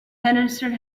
henderson